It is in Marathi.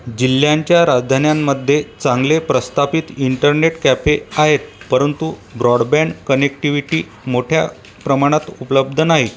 जिल्ह्यांच्या राजधान्यांमध्ये चांगले प्रस्थापित इंटरनेट कॅफे आहेत परंतु ब्रॉडबँड कनेक्टिव्हिटी मोठ्या प्रमाणात उपलब्ध नाही